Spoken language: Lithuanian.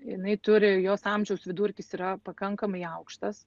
jinai turi jos amžiaus vidurkis yra pakankamai aukštas